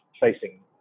facing